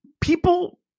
people